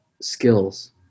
skills